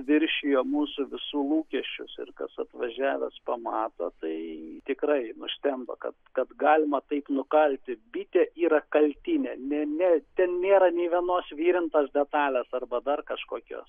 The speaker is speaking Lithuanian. viršijo mūsų visų lūkesčius ir kas atvažiavęs pamato tai tikrai nustemba kad kad galima taip nukalti bitė yra kaltinė ne ne ten nėra nė vienos virintos detalės arba dar kažkokios